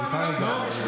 לא, אני לא מוכן לשתוק.